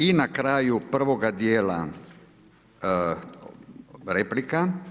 I na kraju prvoga dijela, replika.